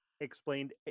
explained